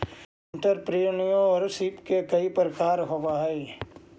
entrepreneurship के कई प्रकार होवऽ हई